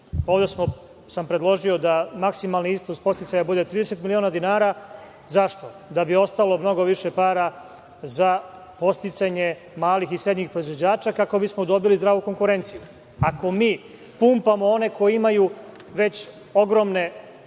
para. Predložio sam da maksimalni iznos podsticaja bude 30 miliona dinara. Zašto? Da bi ostalo mnogo više para za podsticanje malih i srednjih proizvođača, kako bismo dobili zdravu konkurenciju. Ako mi pumpamo one koji imaju već ogromne